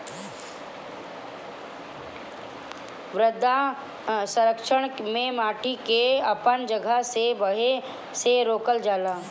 मृदा संरक्षण में माटी के अपन जगह से बहे से रोकल जाला